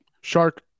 Shark